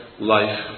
life